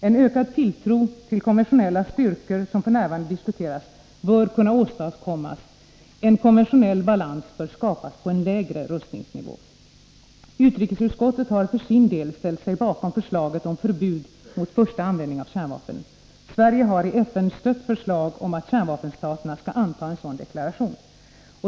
En ökad tilltro till konventionella styrkor, som f. n. diskuteras, bör därför åstadkommas. En konventionell balans bör skapas på en lägre rustningsnivå. Utrikesutskottet har för sin del ställt sig bakom förslaget om förbud mot första användning av kärnvapen. Sverige har i FN stött förslag om att kärnvapenstaterna skall anta en sådan deklaration.